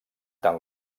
tant